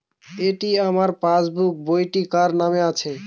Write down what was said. এটি আমার পাসবুক বইটি কার নামে আছে?